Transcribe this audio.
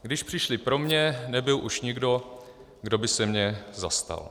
Když přišli pro mě, nebyl už nikdo, kdo by se mě zastal.